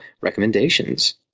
recommendations